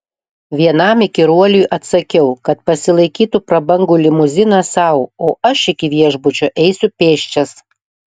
vienam įkyruoliui atsakiau kad pasilaikytų prabangų limuziną sau o aš iki viešbučio eisiu pėsčias